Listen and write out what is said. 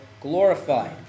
glorified